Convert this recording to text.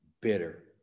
bitter